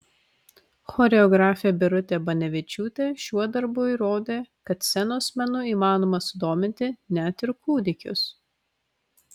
choreografė birutė banevičiūtė šiuo darbu įrodė kad scenos menu įmanoma sudominti net ir kūdikius